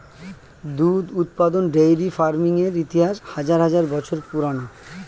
দুধ উৎপাদন dairy farming এর ইতিহাস হাজার হাজার বছর পুরানো